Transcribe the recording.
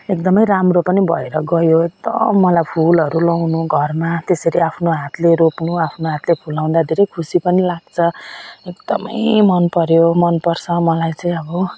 एकदम राम्रो पनि भएर गयो एकदम मलाई फुलहरू लगाउनु घरमा त्यसरी आफ्नो हातले रोप्नु आफ्नो हातले फुलाउँदा धेरै खुसी पनि लाग्छ एकदम मन पर्यो मन पर्छ मलाई चाहिँ अब